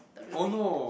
the building